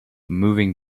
moving